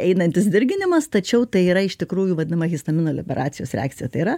einantis dirginimas tačiau tai yra iš tikrųjų vadinama histamino liberacijos reakcija tai yra